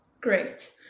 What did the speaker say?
Great